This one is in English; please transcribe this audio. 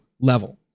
level